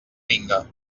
vinga